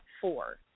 four